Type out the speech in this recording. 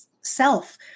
self